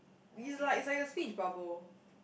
is like is like a speed bubble